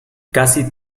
casi